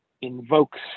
invokes